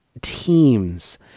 teams